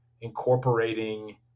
incorporating